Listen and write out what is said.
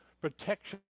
protection